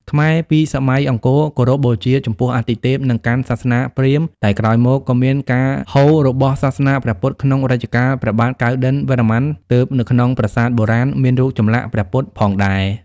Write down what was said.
ខ្មែរពីសម័យអង្គរគោរពបូជាចំពោះអាទិទេពនិងកាន់សាសនាព្រាហ្មណ៍តែក្រោយមកក៏មានការហូររបស់សាសនាព្រះពុទ្ធក្នុងរជ្ជកាលព្រះបាទកៅឌិណ្ឌន្យវរ្ម័នទើបនៅក្នុងប្រាសាទបុរាណមានរូបចម្លាក់ព្រះពុទ្ធផងដែរ។